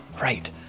Right